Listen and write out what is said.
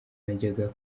najyaga